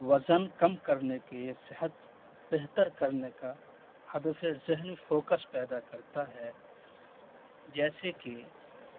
وزن کم کرنے کے صحت بہتر کرنے کا ہدف ذہنی فوکس پیدا کرتا ہے جیسے کہ